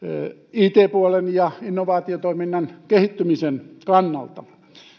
it puolen ja innovaatiotoiminnan kehittymisen kannalta